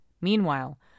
Meanwhile